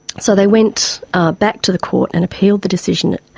so they went back to the court and appealed the decision,